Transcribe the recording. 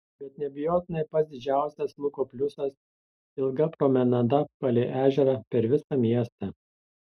bet neabejotinai pats didžiausias luko pliusas ilga promenada palei ežerą per visą miestą